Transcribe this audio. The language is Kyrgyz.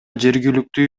жергиликтүү